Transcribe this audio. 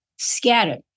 scattered